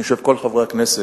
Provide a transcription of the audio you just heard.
אני חושב כל חברי הכנסת,